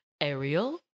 Ariel